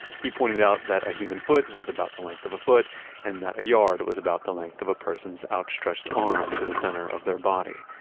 he pointed out that a human foot was about the length of a foot and that a yard was about the length of a person's outstretched arm to the center of their body.